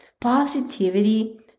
positivity